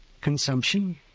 Consumption